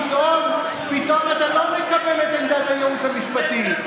פתאום אתה לא מקבל את עמדת הייעוץ המשפטי.